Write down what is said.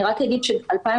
אני רק אגיד שב-2020